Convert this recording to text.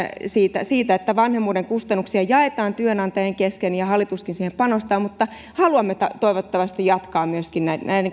siitä siitä että vanhemmuuden kustannuksia jaetaan työnantajien kesken ja hallituskin siihen panostaa mutta haluamme toivottavasti jatkaa myöskin